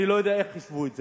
אני לא יודע איך חישבו את זה.